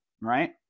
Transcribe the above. right